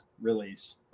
release